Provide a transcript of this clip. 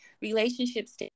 relationships